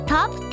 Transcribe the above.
Top